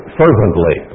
fervently